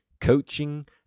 coaching